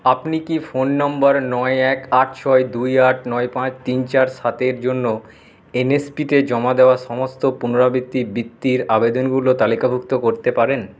আপনি কি phone number নয় এক আট ছয় দুই আট নয় পাঁচ তিন চার সাতের জন্য এন এস পিতে জমা দেওয়া সমস্ত পুনরাবৃত্তি বৃত্তির আবেদনগুলো তালিকাভুক্ত করতে পারেন